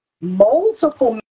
Multiple